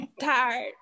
tired